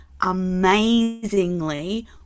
amazingly